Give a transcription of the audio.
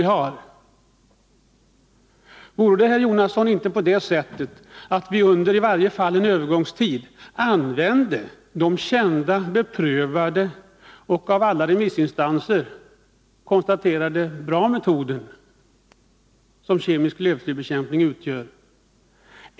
Vore det inte, herr Jonasson, möjligt att under i varje fall en övergångstid använda den kända och beprövade metod som enligt vad alla remissinstanser konstaterat är en bra metod, nämligen kemisk lövslybekämpning?